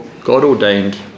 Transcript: God-ordained